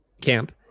camp